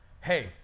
hey